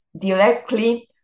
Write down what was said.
directly